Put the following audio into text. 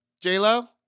J-Lo